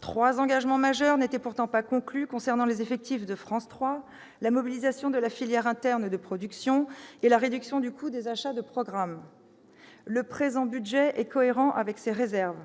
Trois engagements majeurs n'y étaient pas inclus : les effectifs de France 3, la mobilisation de la filière interne de production et la réduction du coût des achats de programmes. Le présent budget est cohérent avec ces réserves.